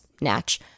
Natch